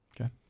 Okay